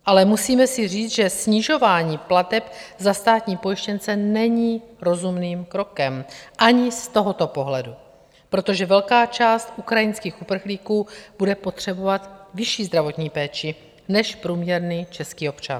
Ale musíme si říct, že snižování plateb za státní pojištěnce není rozumným krokem ani z tohoto pohledu, protože velká část ukrajinských uprchlíků bude potřebovat vyšší zdravotní péči než průměrný český občan.